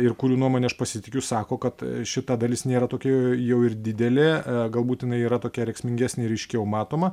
ir kurių nuomone aš pasitikiu sako kad šita dalis nėra tokia jau ir didelė galbūt jinai yra tokia rėksmingesnė ir ryškiau matoma